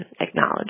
acknowledge